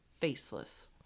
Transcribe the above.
faceless